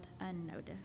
unnoticed